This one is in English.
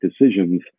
decisions